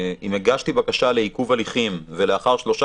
אם הגשתי בקשה לעיכוב הליכים ולאחר שלושה